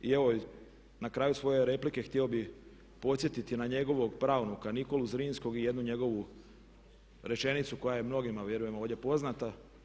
I evo na kraju svoje replike htio bih podsjetiti na njegovog pravnika Nikolu Zrinskog i jednu njegovu rečenicu koja je mnogima vjerujem ovdje poznata.